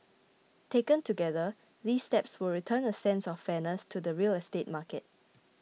taken together these steps will return a sense of fairness to the real estate market